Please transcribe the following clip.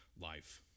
life